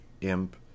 imp